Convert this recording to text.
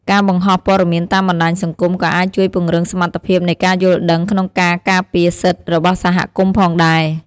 ការបង្ហោះព័ត៌មានតាមបណ្តាញសង្គមក៏អាចជួយពង្រឹងសមត្ថភាពនៃការយល់ដឹងក្នុងការការពារសិទ្ធិរបស់សហគមន៍ផងដែរ។